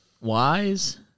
Wise